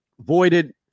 voided